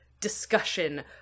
discussion